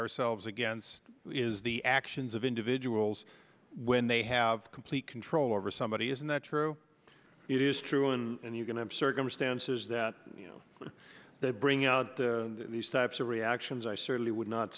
ourselves against is the actions of individuals when they have complete control over somebody isn't that true it is true and you going to have circumstances that you know they bring out the these types of reactions i certainly would not